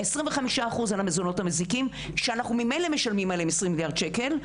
25 אחוז על המזונות המזיקים שאנחנו ממלא משלמים עליהם 20 מיליארד שקל,